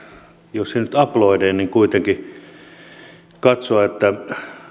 jos ei nyt aplodein kuitenkin tyydytyksellä katsoa että